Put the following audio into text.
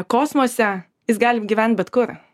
kosmose jis gali gyvent bet kur